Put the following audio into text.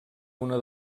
una